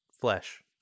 flesh